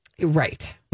Right